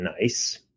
nice